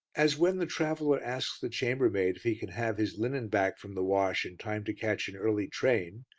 as when the traveller asks the chambermaid if he can have his linen back from the wash in time to catch an early train,